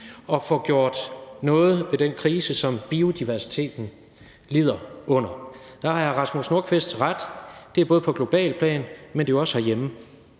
at få gjort noget ved den krise, som biodiversiteten lider under. Der har hr. Rasmus Nordqvist ret i, at det både er på globalt plan, men også herhjemme.